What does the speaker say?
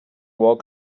while